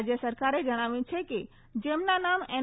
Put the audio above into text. રાજ્ય સરકારે જણાવ્યું છે કે જેમના નામ એન